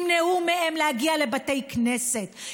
ימנעו מהם להגיע לבתי כנסת,